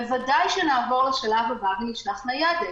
בוודאי שנעבור לשלב הבא ונשלח ניידת.